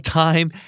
time